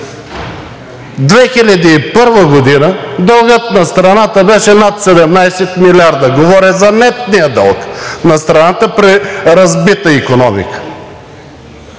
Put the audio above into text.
2001 г. дългът на страната беше над 17 милиарда, говоря за нетния дълг на страната при разбита икономика.